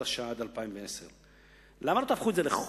השעה עד 2010. למה לא תהפכו את זה לחוק